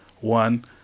One